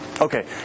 Okay